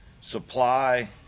supply